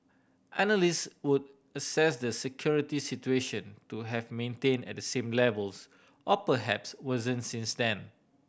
analyst would assess the security situation to have maintain at the same levels or perhaps worsen since then